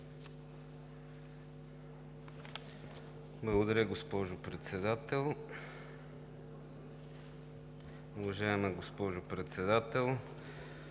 Благодаря, госпожо Председател. Уважаема госпожо Председател,